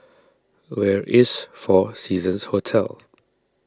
where is four Seasons Hotel